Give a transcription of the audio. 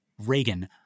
reagan